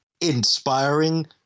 inspiring